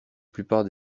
plupart